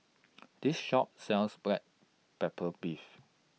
This Shop sells Black Pepper Beef